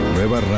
Nueva